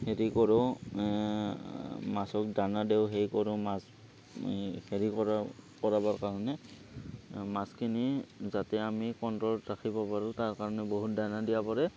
হেৰি কৰোঁ মাছক দানা দেওঁ সেই কৰোঁ মাছ এই হেৰি কৰা কৰাবৰ কাৰণে মাছখিনি যাতে আমি কণ্ট্ৰলত ৰাখিব পাৰোঁ তাৰ কাৰণে বহুত দানা দিয়া পৰে